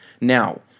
Now